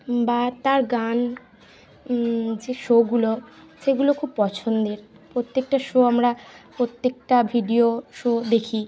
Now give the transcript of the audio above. বা তার গান যে শোগুলো সেগুলো খুব পছন্দের প্রত্যেকটা শো আমরা প্রত্যেকটা ভিডিও শো দেখি